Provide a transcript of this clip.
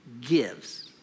gives